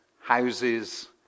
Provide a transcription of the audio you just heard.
houses